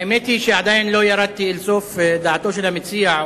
האמת היא שעדיין לא ירדתי לסוף דעתו של המציע,